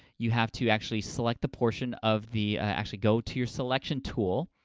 you have to actually select the portion of the, actually, go to your selection tool,